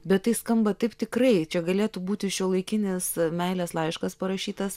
bet tai skamba taip tikrai čia galėtų būti šiuolaikinės meilės laiškas parašytas